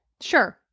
Sure